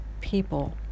people